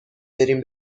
بریم